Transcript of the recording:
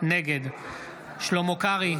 נגד שלמה קרעי,